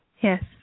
yes